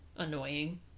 Annoying